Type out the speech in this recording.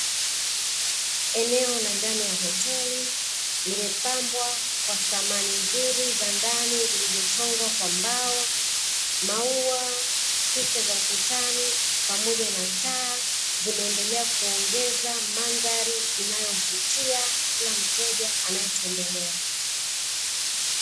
Eneo la ndani ya hoteli, limepambwa kwa samani nzuri za ndani zilizochongwa kwa mbao, maua, picha za ukutani pamoja na taa, zimeendelea kuongeza mandhari inayovutia kila mteja anaetembelea.